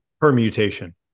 Permutation